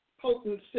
potency